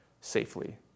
safely